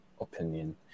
opinion